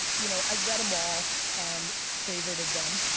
you know i read them all, and favorited them,